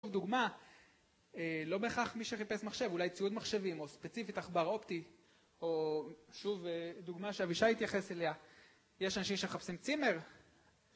שוב דוגמא, לא בהכרח מי שחיפש מחשב, אולי ציוד מחשבים, או ספציפית עכבר אופטי, או שוב, דוגמה שאבישי התייחס אליה, יש אנשים שמחפשים צימר